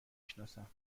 سناسم